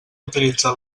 utilitzar